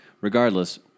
Regardless